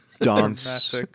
Dance